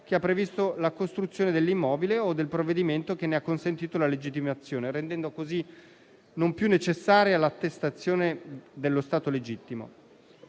che ha previsto la costruzione dell'immobile o del provvedimento che ne ha consentito la legittimazione, rendendo così non più necessaria l'attestazione dello stato legittimo.